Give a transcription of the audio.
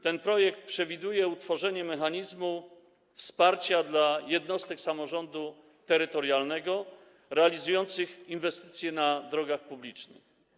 Ten projekt przewiduje utworzenie mechanizmu wsparcia dla jednostek samorządu terytorialnego realizujących inwestycje na drogach publicznych.